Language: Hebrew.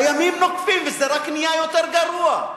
והימים נוקפים וזה רק נהיה יותר גרוע.